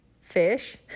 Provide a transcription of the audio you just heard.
fish